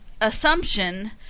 assumption